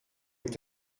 est